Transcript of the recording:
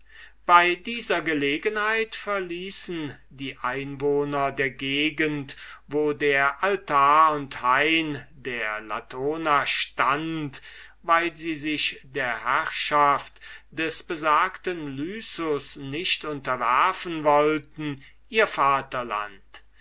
bei dieser gelegenheit verließen die einwohner der gegend wo der altar und hain der latona stund weil sie sich der herrschaft des besagten lycus nicht unterwerfen wollten ihr vaterland